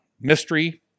mystery